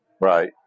Right